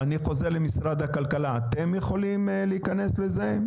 אני חוזר למשרד הכלכלה, אתם יכולים להיכנס לזה?